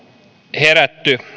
herätty